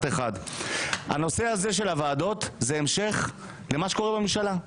הנושא של הוועדות זה המשך למה שקורה בממשלה.